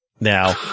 Now